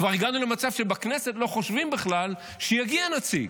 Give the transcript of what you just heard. כבר הגענו למצב שבכנסת לא חושבים בכלל שיגיע נציג.